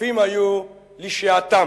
יפים היו לשעתם,